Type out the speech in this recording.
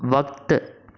वक़्तु